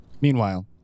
Meanwhile